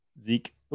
Zeke